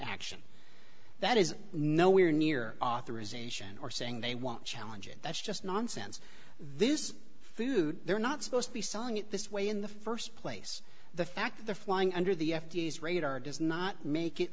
action that is nowhere near authorization or saying they won't challenge it that's just nonsense this is food they're not supposed to be selling it this way in the st place the fact they're flying under the f d a is radar does not make it